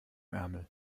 ärmel